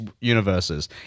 universes